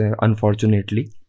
unfortunately